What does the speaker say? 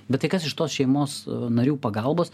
bet tai kas iš tos šeimos narių pagalbos